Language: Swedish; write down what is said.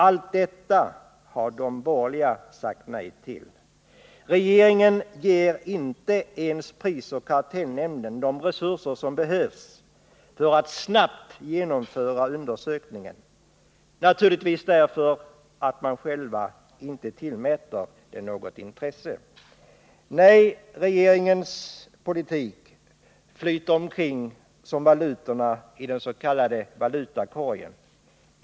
Allt detta har de borgerliga sagt nej till. Regeringen ger inte ens prisoch kartellnämnden de resurser som behövs för att snabbt genomföra undersökningen — naturligtvis därför att man själv inte tillmäter den något intresse. Nej, regeringens politik flyter omkring som valutorna i den s.k. valutakorgen.